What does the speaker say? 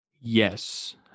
Yes